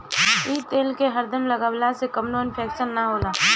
इ तेल के हरदम लगवला से कवनो इन्फेक्शन ना होला